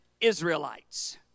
Israelites